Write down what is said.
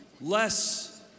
less